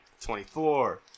twenty-four